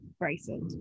Bracelet